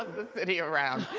city around.